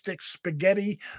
spaghetti